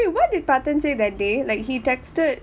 wait what did parthan say that day like he texted